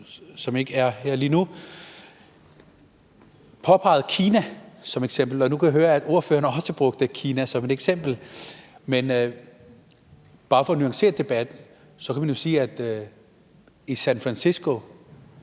som ikke er her lige nu, pegede på Kina som et eksempel, og nu hørte jeg, at ordføreren også brugte Kina som et eksempel. Men bare for at nuancere debatten kan man jo sige, at i San Francisco,